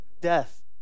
death